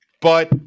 but-